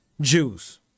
Jews